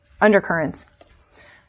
undercurrents